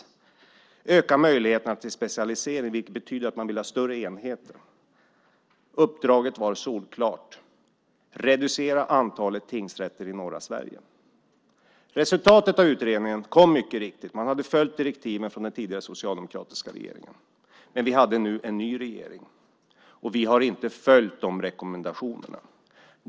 Det handlade också om att öka möjligheterna till specialisering, vilket betyder att man vill ha större enheter. Uppdraget var solklart: Reducera antalet tingsrätter i norra Sverige. Resultatet av utredningen kom mycket riktigt. Man hade följt direktiven från den tidigare socialdemokratiska regeringen. Men vi hade nu en ny regering. Och vi har inte följt de rekommendationerna.